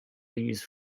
used